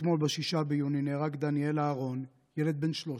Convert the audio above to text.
אתמול, ב-6 ביוני, נהרג דניאל אהרון, ילד בן 13,